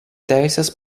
teisės